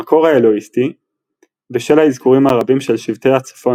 המקור האלוהיסטי – בשל האזכורים הרבים של שבטי הצפון